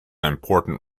important